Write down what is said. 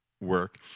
work